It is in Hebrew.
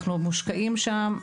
אנחנו מושקעים שם,